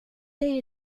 det